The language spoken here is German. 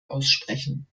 aussprechen